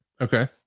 Okay